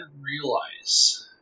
realize